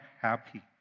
happy